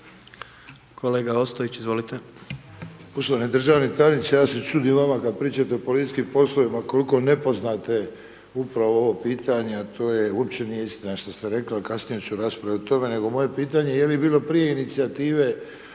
kolega Mišić, izvolite.